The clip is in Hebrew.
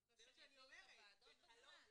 אז את רוצה שהם יביאו את הוועדות בזמן?